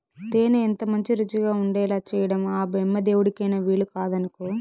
తేనె ఎంతమంచి రుచిగా ఉండేలా చేయడం ఆ బెమ్మదేవుడికైన వీలుకాదనుకో